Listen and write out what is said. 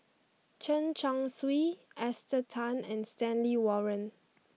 Chen Chong Swee Esther Tan and Stanley Warren